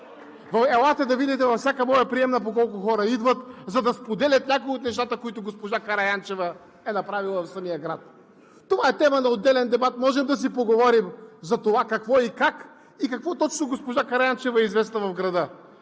Елате да видите във всяка моя приемна по колко хора идват, за да споделят някои от нещата, които госпожа Караянчева е направила за самия град. Това е тема на отделен дебат. Можем да си поговорим за това – какво и как, и с какво точно госпожа Караянчева е известна в града?